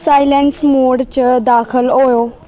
silence mode च दाखल होओ